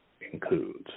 includes